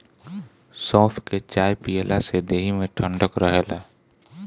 सौंफ के चाय पियला से देहि में ठंडक रहेला